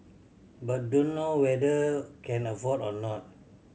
but dunno whether can afford or not